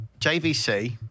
JVC